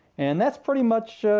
and that's pretty much,